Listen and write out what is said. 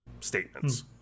statements